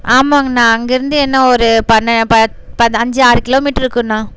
ஆமாங்கண்ணா அங்கிருந்து என்ன ஒரு பண்ண பத் பத் அஞ்சு ஆறு கிலோமீட்ரு இருக்குண்ணா